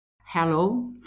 Hello